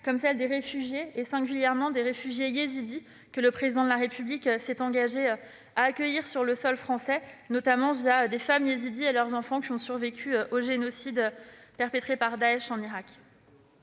comme celle des réfugiés, et singulièrement des réfugiés yézidis, que le Président de la République s'est engagé à accueillir sur le sol français- je pense notamment à ces femmes et enfants yézidis qui ont survécu au génocide perpétré par Daech en Irak.